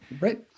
Right